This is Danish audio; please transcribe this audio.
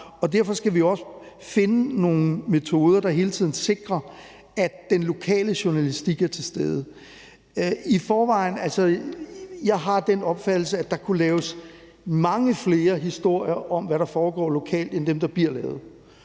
derfor skal vi også finde nogle metoder, der hele tiden sikrer, at den lokale journalistik er til stede. Jeg har den opfattelse, at der kunne laves mange flere historier om, hvad der foregår lokalt, end dem, der bliver lavet.